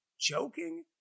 joking